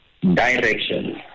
direction